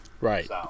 Right